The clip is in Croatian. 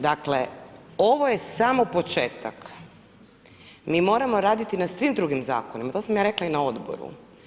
Dakle ovo je samo početak, mi moramo raditi na svim drugim zakonima, to sam ja rekla i na odboru.